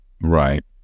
right